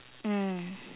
mm